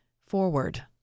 forward